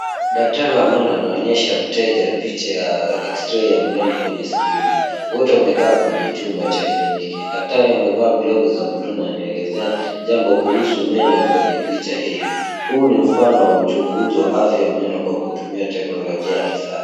Daktari wa meno anaonyesha mteja picha ya eksirei ya meno kwenye skrini. Wote wamekaa kwenye chumba cha kliniki. Daktari amevaa glavu za bluu na anaelezea jambo kuhusu meno kwenye picha hio. Huu ni uchunguzi wa afya ya meno kwa kutumia teknolojia ya kisasa.